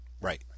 right